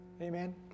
Amen